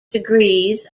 degrees